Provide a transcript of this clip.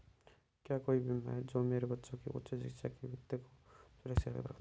क्या कोई बीमा है जो मेरे बच्चों की उच्च शिक्षा के वित्त को सुरक्षित करता है?